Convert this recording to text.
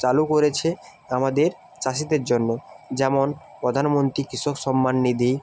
চালু করেছে আমাদের চাষিদের জন্য যেমন প্রধানমন্ত্রী কৃষক সম্মান নিধি